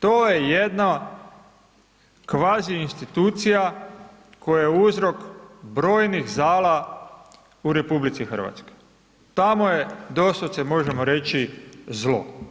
To je jedna kvazi institucija koja je uzrok brojnih zala u RH, tamo je, doslovce možemo reći zlo.